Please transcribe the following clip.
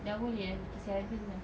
dah boleh eh fifty seven dah